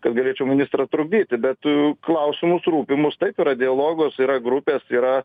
galėčiau ministrą trukdyti bet u klausimus rūpimus taip yra dialogas yra grupės yra